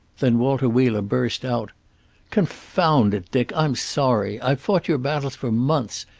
then walter wheeler burst out confound it, dick, i'm sorry. i've fought your battles for months,